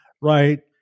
Right